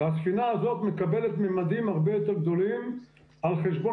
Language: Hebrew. והספינה הזאת מקבלת מימדים הרבה יותר גדולים על חשבון